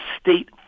state